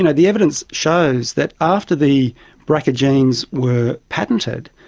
and the evidence shows that after the brca genes were patented,